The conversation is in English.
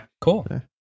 Cool